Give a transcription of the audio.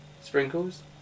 Sprinkles